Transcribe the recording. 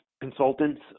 consultants